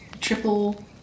Triple